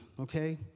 okay